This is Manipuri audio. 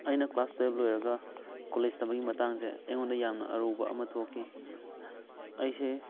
ꯑꯩꯅ ꯀ꯭ꯂꯥꯁ ꯇꯨꯋꯦꯜ ꯂꯣꯏꯔꯒ ꯀꯣꯂꯦꯖ ꯇꯝꯕꯒꯤ ꯃꯇꯥꯡꯁꯦ ꯑꯩꯉꯣꯟꯗ ꯌꯥꯝꯅ ꯑꯔꯨꯕ ꯑꯃ ꯊꯣꯛꯈꯤ ꯑꯩꯁꯦ